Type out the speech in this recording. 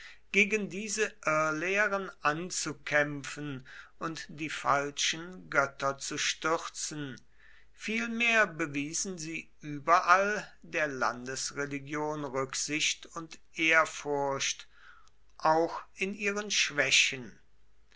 gegen diese irrlehren anzukämpfen und die falschen götter zu stürzen vielmehr bewiesen sie überall der landesreligion rücksicht und ehrfurcht auch in ihren schwächen